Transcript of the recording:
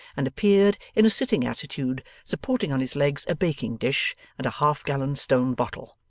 and appeared in a sitting attitude, supporting on his legs a baking-dish and a half-gallon stone bottle,